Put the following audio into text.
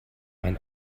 mein